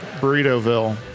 Burrito-Ville